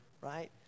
right